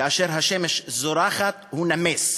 כאשר השמש זורחת הוא נמס.